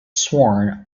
sworn